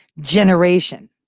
generation